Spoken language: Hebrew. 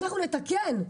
אנחנו נתקן.